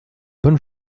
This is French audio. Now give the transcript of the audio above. bonne